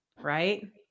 right